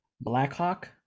Blackhawk